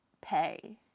pay